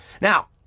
Now